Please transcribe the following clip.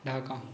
Dhaka